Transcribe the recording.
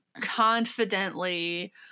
confidently